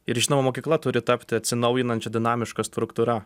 ir žinoma mokykla turi tapti atsinaujinančia dinamiška struktūra